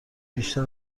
بیشتر